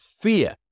fear